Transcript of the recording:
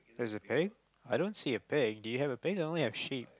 there's a pig i don't see a pig do you have pig I only a sheep